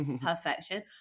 perfection